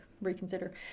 reconsider